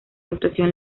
actuación